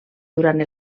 durant